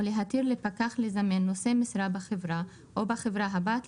או להתיר לפקח לזמן נושא משרה בחברה או בחברה הבת,